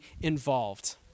involved